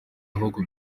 ahubwo